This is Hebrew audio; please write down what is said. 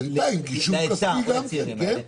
ובינתיים גישור כספי גם כן, כן.